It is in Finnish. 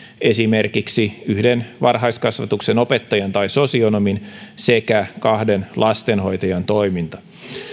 esimerkiksi yhden varhaiskasvatuksen opettajan tai sosionomin sekä kahden lastenhoitajan toiminta